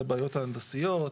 הבעיות ההנדסיות,